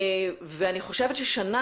ואני חושבת ששנה,